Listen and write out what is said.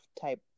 type